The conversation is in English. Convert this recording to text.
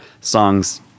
songs